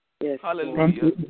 Hallelujah